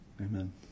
amen